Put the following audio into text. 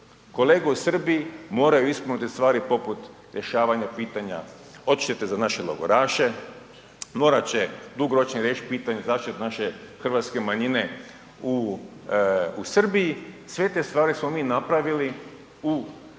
kolege u Srbiji moraju ispuniti stvari poput rješavanja pitanja odštete za naše logoraše, morat će dugoročno riješiti pitanje naše hrvatske manjine u Srbiji, sve te stvari smo mi napravili u 2016.